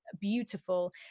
beautiful